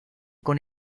con